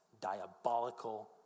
diabolical